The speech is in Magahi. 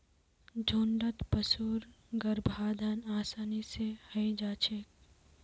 झुण्डत पशुर गर्भाधान आसानी स हई जा छेक